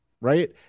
right